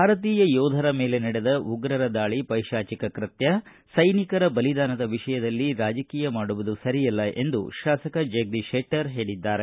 ಭಾರತೀಯ ಯೋಧರ ಮೇಲೆ ನಡೆದ ಉಗ್ರರ ದಾಳಿ ಪೈಶಾಚಿಕ ಕೃತ್ಯ ಸೈನಿಕರ ಬಲಿದಾನದ ವಿಷಯದಲ್ಲಿ ರಾಜಕೀಯ ಮಾಡುವುದು ಸರಿಯಲ್ಲ ಎಂದು ಶಾಸಕ ಜಗದೀಶ ಶೆಟ್ಟರ್ ಹೇಳಿದ್ದಾರೆ